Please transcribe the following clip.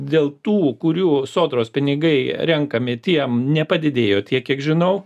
dėl tų kurių sodros pinigai renkami tiem nepadidėjo tiek kiek žinau